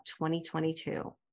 2022